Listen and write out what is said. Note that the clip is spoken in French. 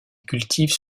cultivent